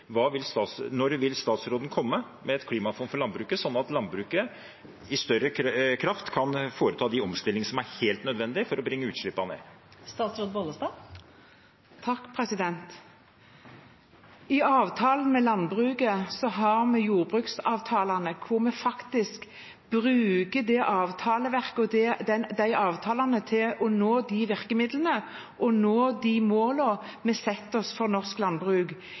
Når vil statsråden komme med et klimafond for landbruket, slik at landbruket med større kraft kan foreta de omstillingene som er helt nødvendige for å få utslippene ned? Blant avtalene med landbruket har vi jordbruksavtalene, der vi bruker avtaleverket og avtalene til å få virkemidler til å nå de målene vi setter for norsk landbruk. Jeg akter å bruke landbruksoppgjøret til også å nå de klimamålene vi har satt oss.